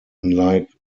unlike